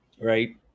right